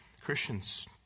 Christians